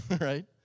Right